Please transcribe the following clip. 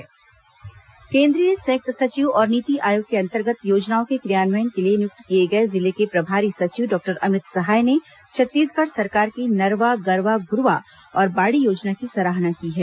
केंद्रीय सचिव सराहना केन्द्रीय संयुक्त सचिव और नीति आयोग के अंतर्गत योजनाओं के क्रियान्वयन के लिए नियुक्त किए गए जिले के प्रभारी सचिव डॉक्टर अमित सहाय ने छत्तीसगढ़ सरकार की नरवा गरवा घुरवा और बाड़ी योजना की सराहना की है